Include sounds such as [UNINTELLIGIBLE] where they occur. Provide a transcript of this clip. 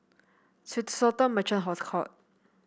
Swissotel Merchant [UNINTELLIGIBLE] Court